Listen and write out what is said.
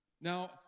Now